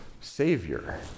Savior